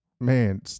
man